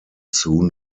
soon